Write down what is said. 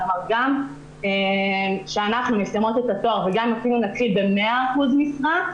גם כשאנחנו מסיימות את התואר וגם אם נתחיל ב-1005 משרה,